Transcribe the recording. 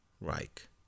Reich